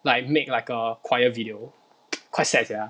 like make like a choir video quite sad sia